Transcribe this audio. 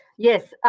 yes,